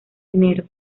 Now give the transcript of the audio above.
dinero